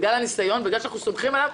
בגלל הניסיון שלו,